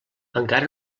encara